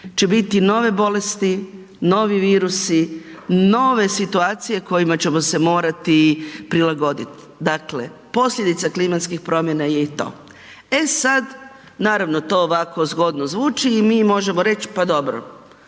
će biti nove bolesti, novi virusi, nove situacije u kojima ćemo se morati prilagoditi. Dakle, posljedica klimatskih promjena je i to. E sad, naravno, to ovako zgodno zvuči i mi možemo reći pa dobro,